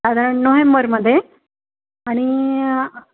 साधारण नोव्हेंबरमध्ये आणि